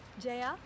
jaya